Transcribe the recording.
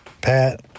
Pat